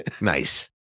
Nice